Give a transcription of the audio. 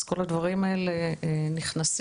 אז כל הדברים האלה נכנסים,